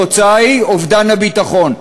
התוצאה היא אובדן הביטחון.